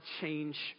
change